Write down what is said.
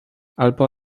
albo